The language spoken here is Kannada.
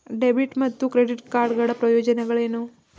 ಡೆಬಿಟ್ ಮತ್ತು ಕ್ರೆಡಿಟ್ ಕಾರ್ಡ್ ಗಳ ಪ್ರಯೋಜನಗಳೇನು?